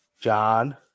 John